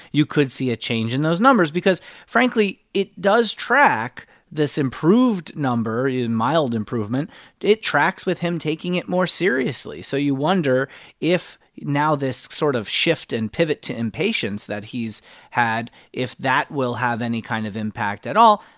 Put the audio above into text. you could see a change in those numbers because frankly, it does track this improved number mild improvement it tracks with him taking it more seriously. so you wonder if now this sort of shift and pivot to impatience that he's had, if that will have any kind of impact at all,